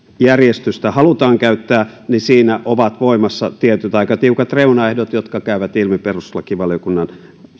järjestystä halutaan käyttää niin siinä ovat voimassa tietyt aika tiukat reunaehdot jotka käyvät ilmi perustuslakivaliokunnan